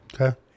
Okay